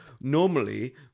normally